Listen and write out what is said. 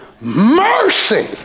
mercy